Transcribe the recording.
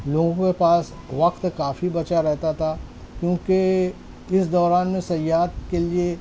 لوگوں کے پاس وقت کافی بچا رہتا تھا کیونکہ اس دوران میں صیاد کے لیے